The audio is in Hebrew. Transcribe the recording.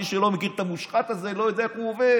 מי שלא מכיר את המושחת הזה, לא יודע איך הוא עובד.